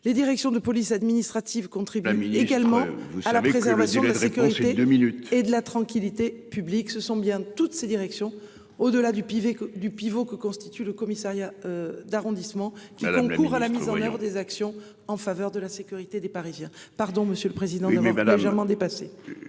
Les directions de police administrative contribue également à la préservation de la sécurité de minutes et de la tranquillité publique, ce sont bien toutes ces directions au-delà du pivot du pivot que constitue le commissariat d'arrondissement qui concourt à la mise en rayon des actions en faveur de la sécurité des Parisiens, pardon monsieur le président. Mais mais largement dépassé.